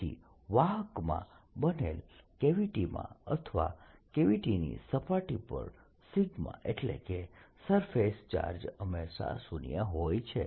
તેથી વાહકમાં બનેલ કેવિટીમાં અથવા કેવિટીની સપાટી પર એટલે કે સરફેસ ચાર્જ હંમેશા શૂન્ય હોય છે